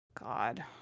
God